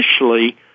initially